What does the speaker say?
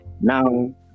Now